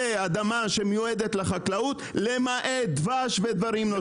אדמה שמיועדת לחקלאות למעט דבש ודברים נוספים.